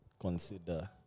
consider